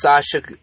Sasha